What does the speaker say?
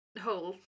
hole